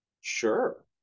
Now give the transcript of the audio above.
sure